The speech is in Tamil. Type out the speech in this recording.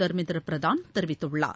தர்மேந்திரபிரதான்தெரிவித்துள்ளார்